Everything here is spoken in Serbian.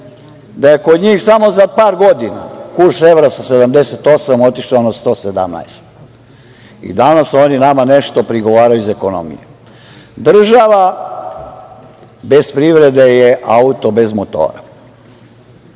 da je kod njih samo za par godina kurs evra sa 78 otišao na 117. I danas oni nama nešto prigovaraju iz ekonomije. Država bez privrede je auto bez motora.